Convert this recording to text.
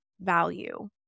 value